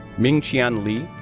mingqian li,